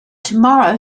tomorrow